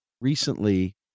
recently